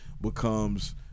becomes